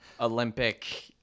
Olympic